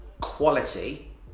quality